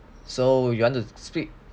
so you want to speak